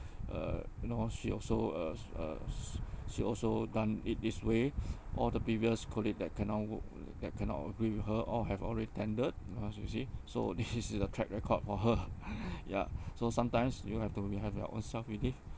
uh you know she also uh sh uh sh~ she also done it this way all the previous colleague that cannot work that cannot agree with her all have already tendered as you see so this is the track record for her ya so sometimes you have to you have your own self belief